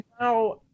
now